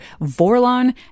Vorlon